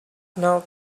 now